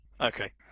Okay